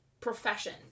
profession